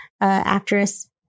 actress